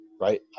right